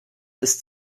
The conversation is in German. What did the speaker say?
ist